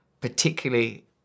particularly